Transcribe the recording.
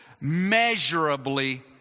measurably